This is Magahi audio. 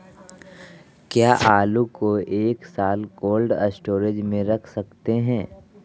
क्या आलू को एक साल कोल्ड स्टोरेज में रख सकते हैं?